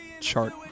chart